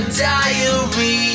diary